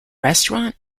restaurant